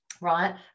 right